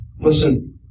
Listen